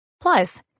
Plus